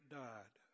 died